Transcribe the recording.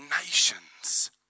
nations